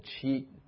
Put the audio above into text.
cheat